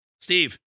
Steve